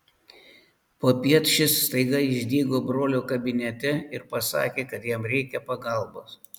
popiet šis staiga išdygo brolio kabinete ir pasakė kad jam reikia pagalbos